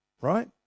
right